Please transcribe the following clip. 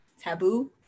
taboo